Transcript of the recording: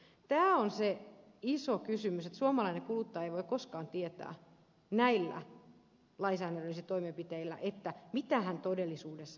tämä on se iso kysymys että suomalainen kuluttaja ei voi koskaan tietää näillä lainsäädännöllisillä toimenpiteillä mitä hän todellisuudessa syö